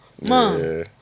Mom